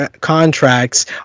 contracts